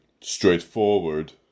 straightforward